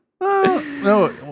No